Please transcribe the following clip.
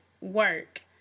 work